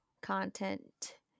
content